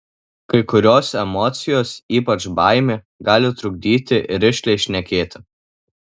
kai kurios emocijos ypač baimė gali trukdyti rišliai šnekėti